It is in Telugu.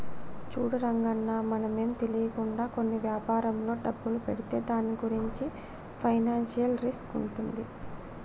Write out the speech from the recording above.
చూడు రంగన్న మనమే తెలియకుండా కొన్ని వ్యాపారంలో డబ్బులు పెడితే దాని గురించి ఫైనాన్షియల్ రిస్క్ ఉంటుంది